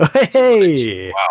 Hey